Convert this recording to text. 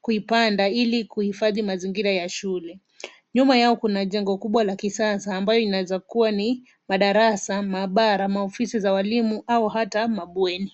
kuipanda ili kuhifadhi mazingira ya shule nyuma yao kuna jengo kubwa la kisasa ambayo inaweza kuwa ni madarasa ,maabara, maofisi za walimu au hata mabweni.